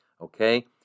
Okay